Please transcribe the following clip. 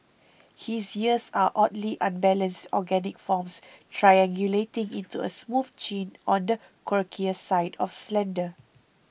his ears are oddly unbalanced organic forms triangulating into a smooth chin on the quirkier side of slender